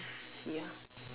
ya